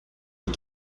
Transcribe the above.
les